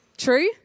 true